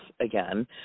again